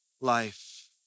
life